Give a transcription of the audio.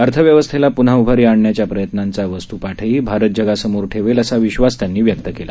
अर्थव्यवस्थेला पुन्हा उभारी आणण्याच्या प्रयत्नांचा वस्त्पाठही भारत जगासमोर ठेवेल असा विश्वास त्यांनी व्यक्त केला